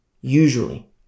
Usually